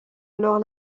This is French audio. alors